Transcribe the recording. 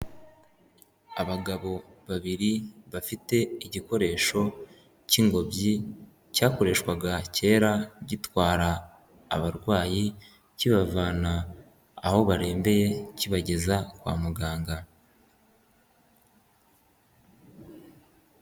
Abagabo babiri bafite igikoresho cy'ingobyi cyakoreshwaga kera gitwara abarwayi kibavana aho barembeye kibageza kwa muganga.